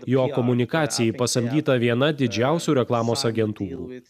jo komunikacijai pasamdyta viena didžiausių reklamos agentūrų